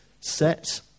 set